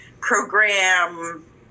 program